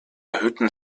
erhöhten